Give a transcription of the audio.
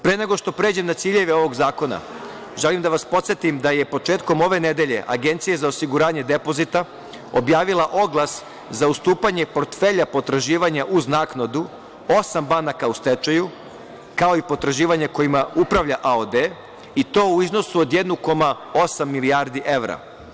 Pre nego što pređem na ciljeve ovog zakona, želim da vas podsetim da je početkom ove nedelje Agencija za osiguranje depozita objavila oglas za ustupanje portfelja potraživanja uz naknadu osam banaka u stečaju, kao i potraživanja kojima upravlja AOD i to u iznosu od 1,8 milijardi evra.